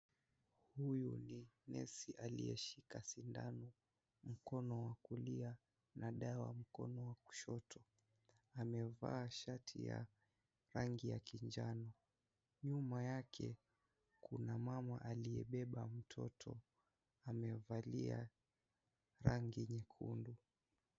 Huyu ni nesi aliyeshika sindano mkono wa kulia, na dawa mkono wa kushoto. Amevaa shati ya rangi ya kinjano. Nyuma yake kuna mama aliyebeba mtoto. Amevalia rangi nyekundu.